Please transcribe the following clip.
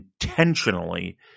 intentionally